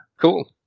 Cool